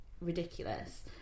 ridiculous